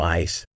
ice